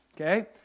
okay